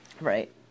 Right